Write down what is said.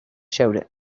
showed